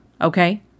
okay